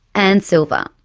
anne silver.